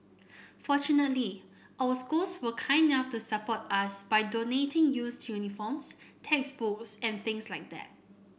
fortunately our schools were kind enough to support us by donating used uniforms textbooks and things like that